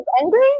angry